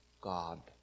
God